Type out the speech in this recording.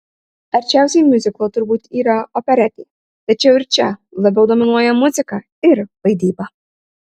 arčiausiai miuziklo turbūt yra operetė tačiau ir čia labiau dominuoja muzika ir vaidyba